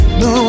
no